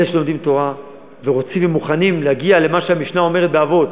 אלה שלומדים תורה ורוצים ומוכנים להגיע למה שהמשנה אומרת באבות: